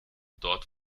dort